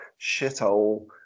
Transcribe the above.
shithole